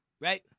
Right